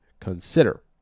consider